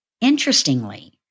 Interestingly